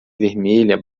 vermelha